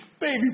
baby